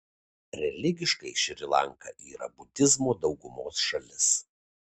religiškai šri lanka yra budizmo daugumos šalis